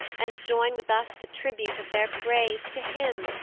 and join with us the tribute of their praise to him,